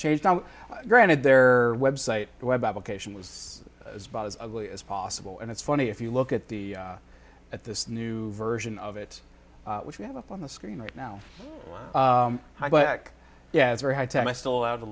change now granted their website the web application was as bad as ugly as possible and it's funny if you look at the at this new version of it which we have up on the screen right now yeah it's very high tech i still allowed to